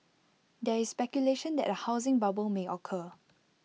there is speculation that A housing bubble may occur